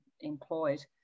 employed